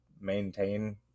maintain